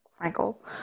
Michael